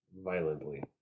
violently